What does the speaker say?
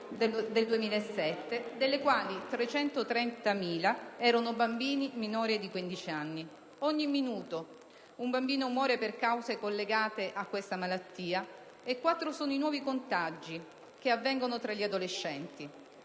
del 2007, di cui 330.000 erano bambini, minori di quindici anni. Ogni minuto un bambino muore per cause collegate a questa malattia e quattro sono i nuovi contagi che avvengono tra gli adolescenti.